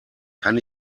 kann